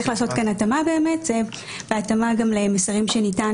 צריך לעשות כאן התאמה והתאמה גם למסרים שניתן